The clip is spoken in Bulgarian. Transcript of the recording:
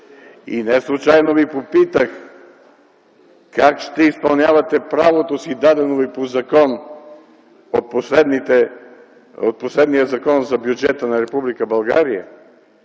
Не случайно Ви попитах как ще изпълнявате правото си, дадено Ви по закон - от последния Закон за бюджета на Република